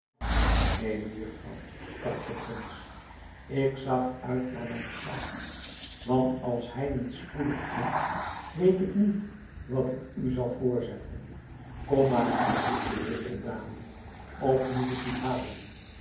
neen mejufvrouw sprak de prins ik zag uit naar mijn slaaf want als hij niet spoedig komt weet ik niet wat ik u zal voorzetten kom maar hier riep de dame of moet ik u halen